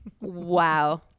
Wow